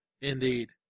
Indeed